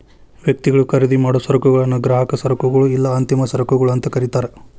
ವ್ಯಕ್ತಿಗಳು ಖರೇದಿಮಾಡೊ ಸರಕುಗಳನ್ನ ಗ್ರಾಹಕ ಸರಕುಗಳು ಇಲ್ಲಾ ಅಂತಿಮ ಸರಕುಗಳು ಅಂತ ಕರಿತಾರ